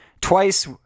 twice